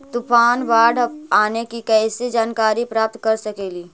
तूफान, बाढ़ आने की कैसे जानकारी प्राप्त कर सकेली?